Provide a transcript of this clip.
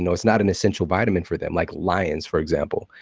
and it's not an essential vitamin for them, like lions for example,